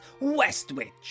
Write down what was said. Westwich